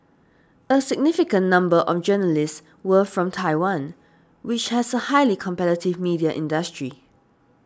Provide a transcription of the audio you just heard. a significant number of the journalists were from Taiwan which has a highly competitive media industry